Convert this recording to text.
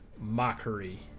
mockery